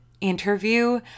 interview